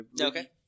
Okay